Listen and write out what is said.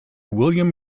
william